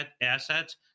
assets